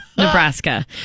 Nebraska